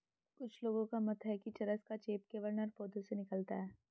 कुछ लोगों का मत है कि चरस का चेप केवल नर पौधों से निकलता है